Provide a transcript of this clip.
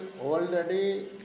already